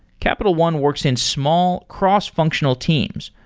capital one works in small cross-functional teams,